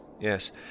yes